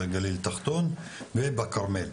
גליל תחתון ובכרמל,